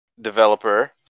developer